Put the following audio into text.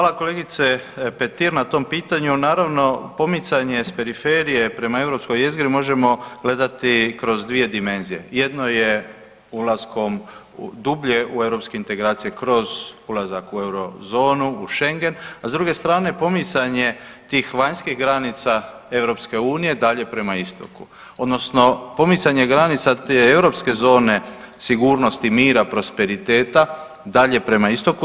Hvala kolegice Petir na tom pitanju, naravno pomicanje s periferije prema europskoj jezgri možemo gledati kroz dvije dimenzije, jedno je ulaskom dublje u europske integracije kroz ulazak u eurozonu, u šengen, a s druge strane pomicanje tih vanjskih granica EU dalje prema istoku odnosno pomicanje granice te europske zone sigurnosti, mira i prosperiteta dalje prema istoku.